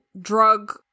drug